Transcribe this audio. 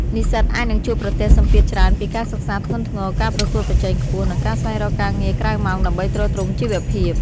និស្សិតអាចនឹងជួបប្រទះសម្ពាធច្រើនពីការសិក្សាធ្ងន់ធ្ងរ ការប្រកួតប្រជែងខ្ពស់ និងការស្វែងរកការងារក្រៅម៉ោងដើម្បីទ្រទ្រង់ជីវភាព។